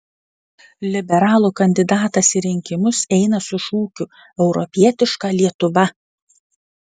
liberalų kandidatas į rinkimus eina su šūkiu europietiška lietuva